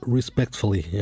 Respectfully